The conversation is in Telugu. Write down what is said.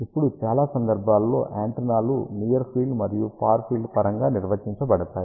ఇప్పుడు చాలా సందర్భాలలో యాంటెన్నాలు నియర్ ఫీల్డ్ మరియు ఫార్ ఫీల్డ్ పరంగా నిర్వచించబడతాయి